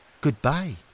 Goodbye